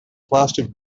plastic